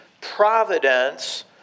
providence